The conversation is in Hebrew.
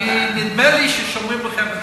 נדמה לי ששומרים לכם,